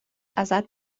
ازت